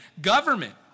government